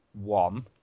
one